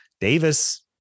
davis